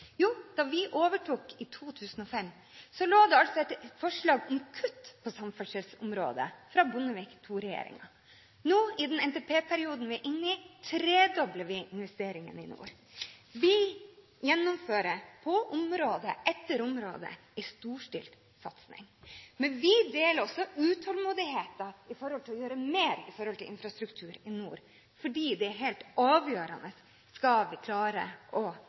Jo, da vi overtok i 2005, forelå det altså et forslag til kutt på samferdselsområdet fra Bondevik II-regjeringen. I den NTP-perioden vi nå er inne i, tredobler vi investeringene i nord. Vi gjennomfører på område etter område en storstilt satsing, men vi deler også utålmodigheten etter å gjøre mer med hensyn til infrastrukturen i nord, fordi dét er helt avgjørende dersom vi skal klare